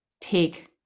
take